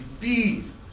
bees